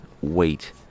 wait